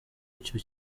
icyo